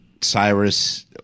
cyrus